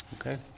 Okay